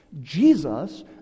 Jesus